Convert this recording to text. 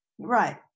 Right